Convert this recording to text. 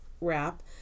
wrap